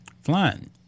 Flying